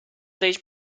these